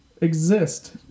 exist